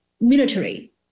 military